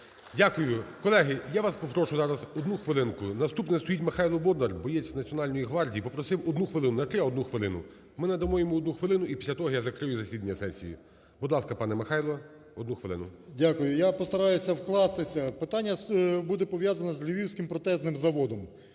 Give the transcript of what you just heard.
Дякую. Колеги, я вас попрошу зараз, одну хвилинку. Наступний стоїть Михайло Бондар, боєць Національної гвардії. Попросив 1 хвилину, не 3, а 1 хвилину. Ми надамо йому 1 хвилину, і після того я закрию засідання сесії. Будь ласка, пане Михайло, 1 хвилину. 13:40:54 БОНДАР М.Л. Дякую. Я постараюся вкластися. Питання буде пов'язано з Львівським протезним заводом.